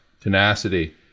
tenacity